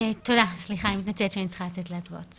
סליחה, אני מתנצלת שאני צריכה לצאת להצבעות.